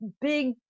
Big